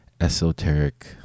esoteric